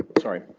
sorry,